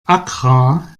accra